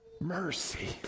Mercy